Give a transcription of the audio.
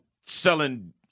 selling